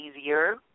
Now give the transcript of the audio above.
easier